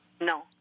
No